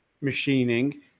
machining